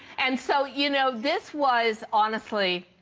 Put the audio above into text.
and so you know this was honestly